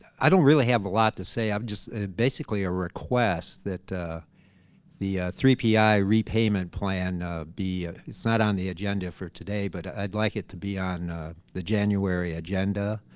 i don't really have a lot to say i'm just basically a request that the three pie repayment plan be it's not on the agenda for today but i'd like it to be on the january agenda